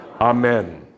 Amen